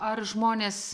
ar žmonės